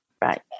Right